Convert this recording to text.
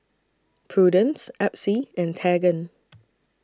Prudence Epsie and Tegan